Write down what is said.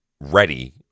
ready